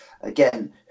Again